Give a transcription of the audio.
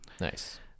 Nice